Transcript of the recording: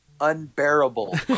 unbearable